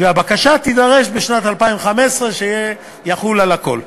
הבקשה תידרש בשנת 2015, יחול על הכול.